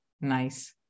Nice